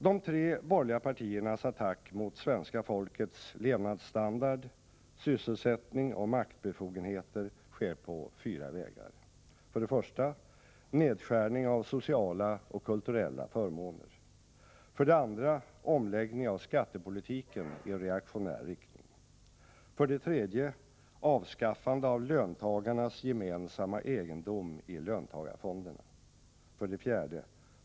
De tre borgerliga partiernas attack mot svenska folkets levnadsstandard, sysselsättning och maktbefogenheter sker på fyra vägar: 1. Nedskärning av sociala och kulturella förmåner. 2. Omläggning av skattepolitiken i reaktionär riktning. 3. Avskaffande av löntagarnas gemensamma egendom i löntagarfonderna. 4.